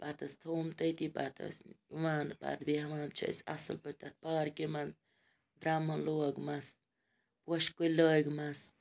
پَتہٕ حظ تھووُم تٔتھی پَتہٕ ٲسۍ یِوان پَتہٕ بیٚہوان چھِ أسۍ اَصٕل پٲٹھۍ تَتھ پارکہِ منٛز درٛمُن لوگمَس پوشہٕ کُلۍ لٲگۍمَس